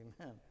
amen